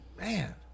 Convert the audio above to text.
Man